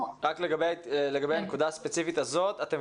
לגבי הנקודה הספציפית הזו את מסבירה לנו